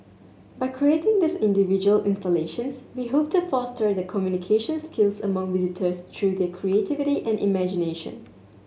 by creating these individual installations we hope to foster the communication skills among visitors through their creativity and imagination